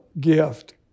gift